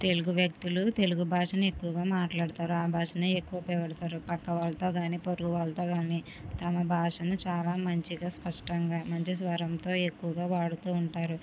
తెలుగు వ్యక్తులు తెలుగు భాషనే ఎక్కువగా మాట్లాడుతారు ఆ భాషను ఎక్కువ ఉపయోగం పెడతారు పక్క వాళ్ళతో కానీ పొరుగు వాళ్ళతో కానీ తమ భాషను చాలా మంచిగా స్పష్టంగా మంచి స్వరంతో ఎక్కువగా వాడుతూ ఉంటారు